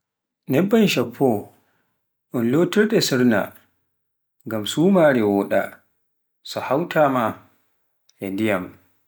nebban shampo un lotirɗe suurna, ngam suumaare woɗa so un hawtaa maa e ndiyam.